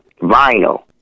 vinyl